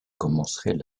commencerait